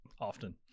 Often